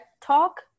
Talk